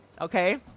Okay